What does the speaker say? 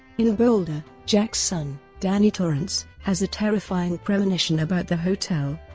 in boulder, jack's son, danny torrance, has a terrifying premonition about the hotel,